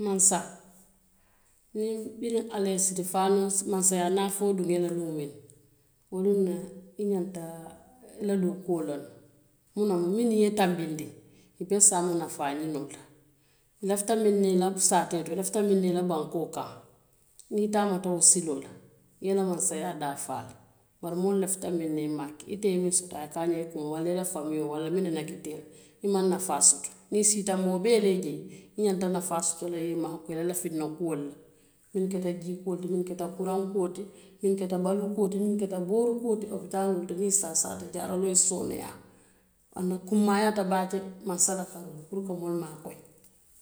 Mansa, biriŋ ala ye mansa sitifaanoo, a ye mansayaa nafoo duŋ ila luŋ miŋ na. Wo luŋ noŋ i ñanta ila dookuo loŋ na. Minnu ye i tanbindi i be saama nafaa ñiniŋo le la. ila fita miŋ na ila saatee to, ila fita miŋ na ila bankoo kaŋ. niŋ i taamata wo siloo la, i ye la mansayaa daa faa le. Waraŋ moolu lafita muŋ na i maŋ a soto. Ite ye miŋ soto, a ye kaañanta i kuŋo waraŋ ila famio la waraŋ minnu nakkita ila i maŋ nafaa soto. I siita moo bee le jee, i ñanta nafaa soto la i ye le i lafinnna kuolu la: muŋ keta jii kuo, kuraŋ kuo ti, muŋ keta baluu kuo ti, muŋ keta boori kuo ti lopitaanoo to, niŋ i saasaata jaararoo ye sooneyaa, aduŋ a kunmaayaata baake le mansa ye puru ka moolu maakooyi.